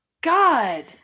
God